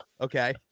Okay